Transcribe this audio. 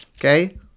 okay